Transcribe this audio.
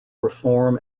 reform